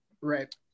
Right